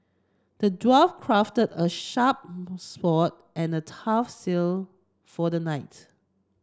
the dwarf crafted a sharp sword and a tough shield for the knight